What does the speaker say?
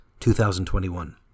2021